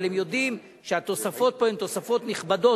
אבל הם יודעים שהתוספות פה הן תוספות נכבדות,